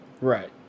Right